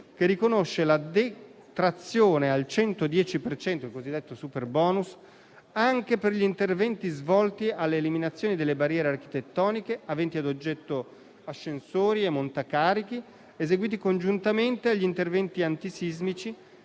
che riconosce la detrazione al 110 per cento (il cosiddetto superbonus), anche per gli interventi volti all'eliminazione delle barriere architettoniche, aventi ad oggetto ascensori e montacarichi, eseguiti congiuntamente a quelli antisismici.